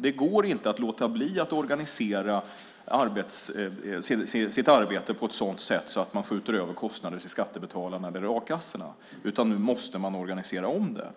Det går inte att låta bli att organisera sitt arbete på ett sådant sätt att man skjuter över kostnader till skattebetalarna eller a-kassorna, utan nu måste man organisera om det.